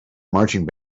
marching